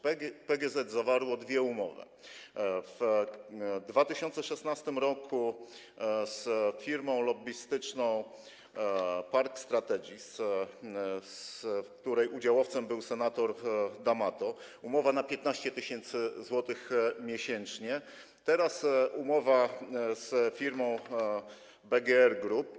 PGZ zawarło dwie umowy: w 2016 r. umowa z firmą lobbystyczną Park Strategies, w której udziałowcem był senator D’Amato - umowa na 15 tys. zł miesięcznie; teraz umowa z firmą BGR Group.